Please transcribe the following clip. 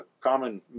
common